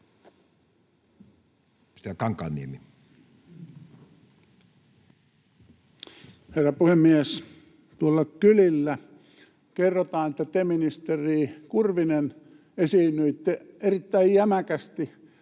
Herra puhemies! Tuolla kylillä kerrotaan, että te, ministeri Kurvinen, esiinnyitte erittäin jämäkästi,